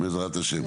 בעזרת השם.